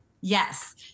Yes